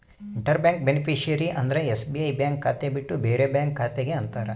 inter bank beneficiary ಅಂದ್ರ SBI bank ಖಾತೆ ಬಿಟ್ಟು ಬೇರೆ ಬ್ಯಾಂಕ್ ಖಾತೆ ಗೆ ಅಂತಾರ